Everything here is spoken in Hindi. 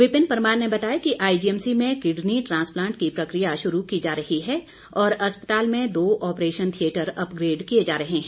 विपिन परमार ने बताया कि आईजीएमसी में किडनी ट्रांसप्लांट की प्रक्रिया शुरू की जा रही है और अस्पताल में दो ऑपरेशन थियटर अपग्रेड किए जा रहे हैं